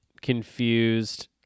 confused